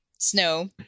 snow